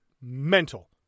mental